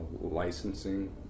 licensing